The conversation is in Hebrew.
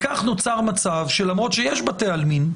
כך נוצר מצב שלמרות שיש בתי עלמין,